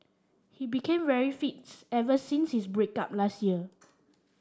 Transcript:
he became very fit ever since his break up last year